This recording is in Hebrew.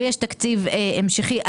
ויש תקציב המשכי.